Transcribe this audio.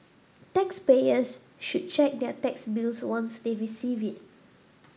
taxpayers should check their tax bills once they receive it